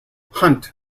hunt